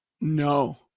No